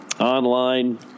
Online